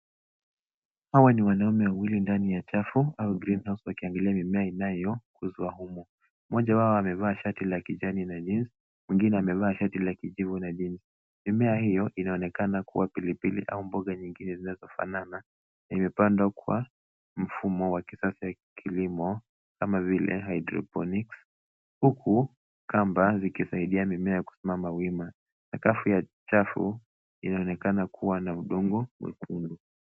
Hawa ni wanaume wawili ndani ya chafu au greenhouse wakiangalia mimea inayouzwa humu. Mmoja wao amevaa shati la kijani na jeans, mwengine amevaa shati la kijivu na jeans. Mimea hio inaonekana kuwa pilipili au mboga nyingine zinazofanana na imepandwa kwa mfumo wa kisasa wa kilimo kama vile hydroponics huku kamba zikisaidia mimea kusimama wima. Sakafu ya chafu inaonekana kuwa na udongo mwekundu.